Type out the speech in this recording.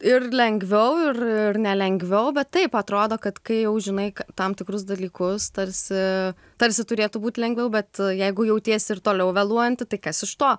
ir lengviau ir ir nelengviau bet taip atrodo kad kai jau žinai tam tikrus dalykus tarsi tarsi turėtų būt lengviau bet jeigu jautiesi ir toliau vėluojanti tai kas iš to